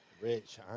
Rich